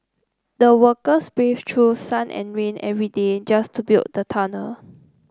the workers braved through sun and rain every day just to build the tunnel